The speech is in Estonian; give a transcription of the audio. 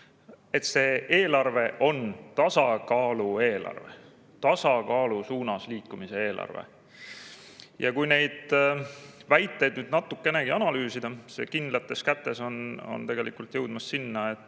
et see eelarve on tasakaalu eelarve, tasakaalu suunas liikumise eelarve, ja kui neid väiteid natukenegi analüüsida, siis see "kindlates kätes" on tegelikult jõudmas sinna,